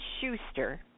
Schuster